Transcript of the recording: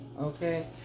Okay